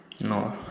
no